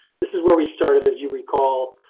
this is where we started as you recall